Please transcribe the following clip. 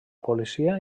policia